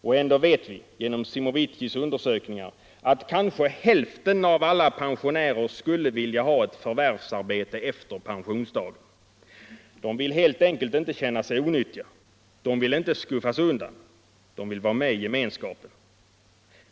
Och ändå vet vi, genom Simovicis undersökningar, att kanske hälften av alla pensionärer skulle vilja ha ett förvärvsarbete efter pensionsdagen. De vill helt enkelt inte känna sig onyttiga. De vill inte skuffas undan. De vill vara med i gemenskapen.